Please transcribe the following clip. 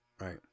right